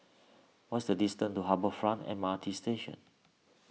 what is the distance to Harbour Front M R T Station